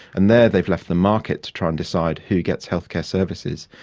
and there they have left the market to try and decide who gets healthcare services.